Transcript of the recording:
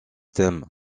thème